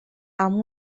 amb